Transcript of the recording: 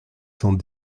cent